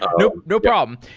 ah no no problem.